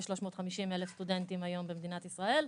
כ-350,000 סטודנטים היום במדינת ישראל.